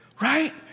Right